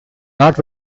not